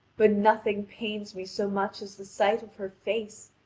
but nothing pains me so much as the sight of her face,